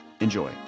Enjoy